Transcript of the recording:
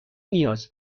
نیاز